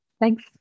thanks